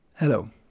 Hello